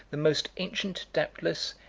the most ancient, doubtless,